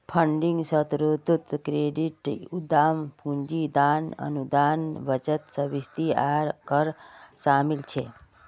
funding स्रोतोत credit, उद्दाम पूंजी, दान, अनुदान, बचत, सब्सिडी आर कर शामिल छे